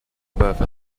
above